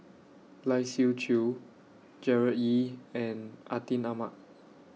Lai Siu Chiu Gerard Ee and Atin Amat